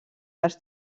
dels